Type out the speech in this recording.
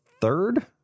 third